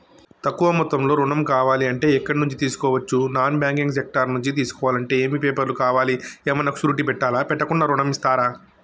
తక్కువ మొత్తంలో ఋణం కావాలి అంటే ఎక్కడి నుంచి తీసుకోవచ్చు? నాన్ బ్యాంకింగ్ సెక్టార్ నుంచి తీసుకోవాలంటే ఏమి పేపర్ లు కావాలి? ఏమన్నా షూరిటీ పెట్టాలా? పెట్టకుండా ఋణం ఇస్తరా?